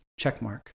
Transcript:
Checkmark